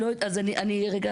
רגע,